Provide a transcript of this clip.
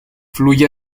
fluye